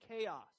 chaos